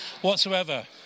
whatsoever